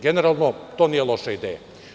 Generalno to nije loša ideja.